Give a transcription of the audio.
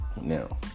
Now